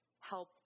help